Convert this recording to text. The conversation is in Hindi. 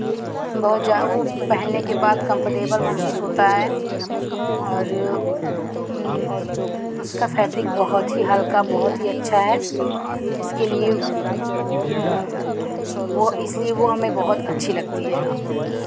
बहुत वो पहनने के बाद कंफर्टेबल महसूस होता है और उसका फैब्रिक बहुत ही हल्का बहुत ही अच्छा है इसके लिए वो इसलिए वो हमें बहुत अच्छी लगती है